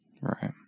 Right